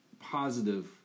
positive